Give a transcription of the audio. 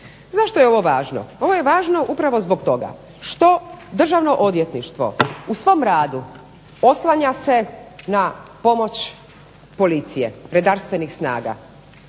Zašto je ovo važno? Važno je upravo zbog toga što Državno odvjetništvo u svom radu oslanja se na pomoć policije, redarstvenih snaga